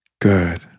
Good